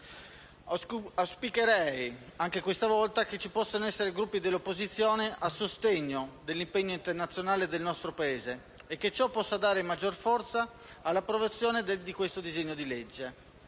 esserci anche questa volta Gruppi dell'opposizione a sostegno dell'impegno internazionale del nostro Paese e che ciò possa dare maggior forza all'approvazione di questo disegno di legge;